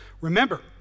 Remember